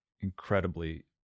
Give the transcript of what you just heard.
incredibly